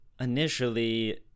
initially